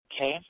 Okay